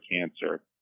cancer